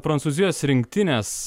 prancūzijos rinktinės